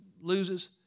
loses